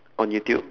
on youtube